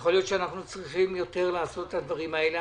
יכול להיות שאנחנו צריכים יותר לעשות את הדברים האלה.